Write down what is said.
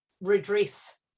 redress